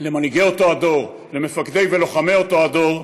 למנהיגי אותו הדור, למפקדי ולוחמי אותו הדור,